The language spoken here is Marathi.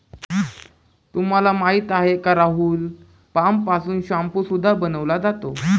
तुला माहिती आहे का राहुल? पाम पासून शाम्पू सुद्धा बनवला जातो